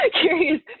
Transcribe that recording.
curious